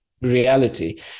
reality